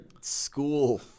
school